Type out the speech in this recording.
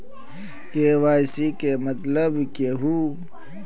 KYC के मतलब केहू?